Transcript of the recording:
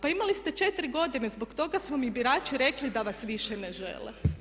Pa imali ste 4 godine, zbog toga su vam i birači rekli da vas više ne žele.